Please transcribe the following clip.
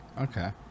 okay